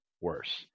worse